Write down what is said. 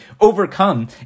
overcome